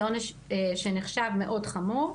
זה עונש שנחשב מאוד חמור.